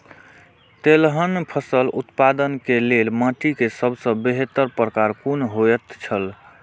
तेलहन फसल उत्पादन के लेल माटी के सबसे बेहतर प्रकार कुन होएत छल?